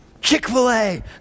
Chick-fil-A